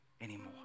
anymore